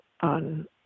on